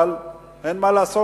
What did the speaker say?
אבל אין מה לעשות,